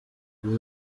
ibi